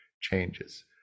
changes